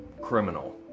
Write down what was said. criminal